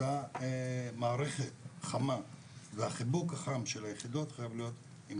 אותה מערכת חמה והחיבוק החם של היחידות חייב להיות עם